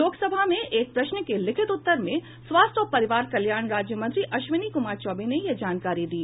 लोकसभा में एक प्रश्न के लिखित उत्तर में स्वास्थ्य और परिवार कल्याण राज्य मंत्री अश्विनी कुमार चौबे ने यह जानकारी दी